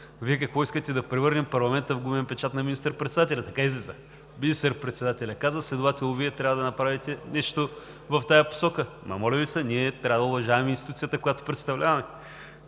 Вие какво искате: да превърнем парламента в гумен печат на министър-председателя?! Така излиза! Министър-председателят каза, следователно Вие трябва да направите нещо в тази посока. Моля Ви се! Ние трябва да уважаваме институцията, която представляваме!